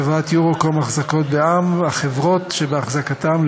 חברת "יורוקום אחזקות בע"מ" והחברות שבאחזקתם,